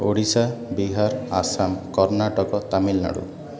Odisha Bihar Assam Karnataka Tamil Nadu